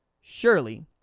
Surely